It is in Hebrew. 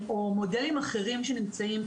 או מודלים אחרים שנמצאים,